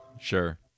sure